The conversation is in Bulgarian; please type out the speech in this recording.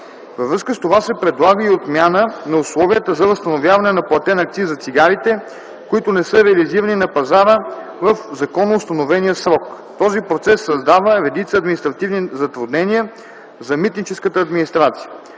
Във връзка с това се предлага и отмяна на условията за възстановяване на платен акциз за цигарите, които не са реализирани на пазара в законоустановения срок. Този процес създава редица административни затруднения за митническата администрация.